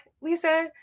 Lisa